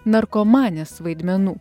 narkomanės vaidmenų